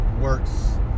works